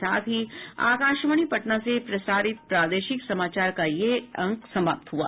इसके साथ ही आकाशवाणी पटना से प्रसारित प्रादेशिक समाचार का ये अंक समाप्त हुआ